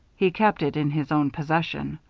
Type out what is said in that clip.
he kept it in his own possession.